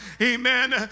Amen